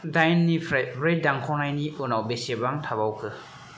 दाइननिफ्राय ब्रै दानख'नायनि उनाव बेसेबां थाबावखो